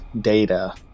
data